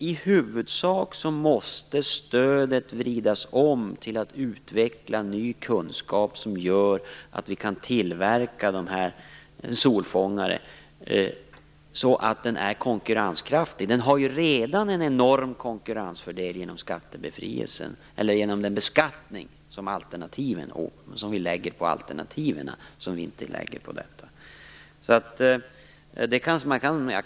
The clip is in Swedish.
I huvudsak måste alltså stödet vridas om till att utveckla ny kunskap som gör att vi kan tillverka dessa solfångare så att de är konkurrenskraftiga. De har ju redan en enorm konkurrensfördel genom den beskattning som vi lägger på alternativen men inte på solfångarna.